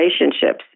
relationships